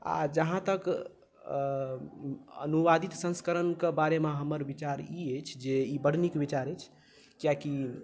आ जहाँ तक अनुवादित संस्करण के बारे मे हमर विचार ई अछि जे ई बड नीक विचार अछि कियाकि